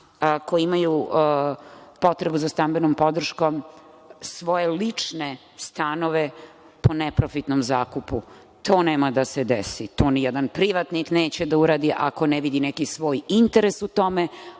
koji imaju potrebu za stambenom podrškom svoje lične stanove po neprofitnom zakupu. To nema da se desi. To ni jedan privatnik neće da uradi ako ne vidi neki svoj interes u tome,